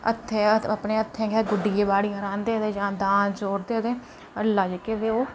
हत्थें अपने हत्थें गै गुड्डियै बाडियां राह्ंदे ते जां दांद जुगड़दे हल्लां जेह्की ते ओह्